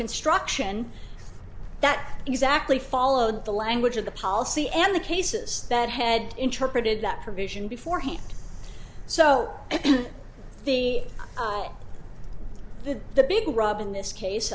construction that exactly followed the language of the policy and the cases that head interpreted that provision beforehand so the the big rub in this case